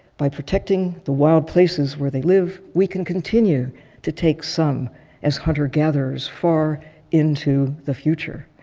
by protecting the wild places where they live, we can continue to take some as hunter gatherers far into the future.